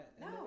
No